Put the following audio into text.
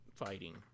fighting